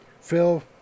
Phil